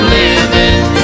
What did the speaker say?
living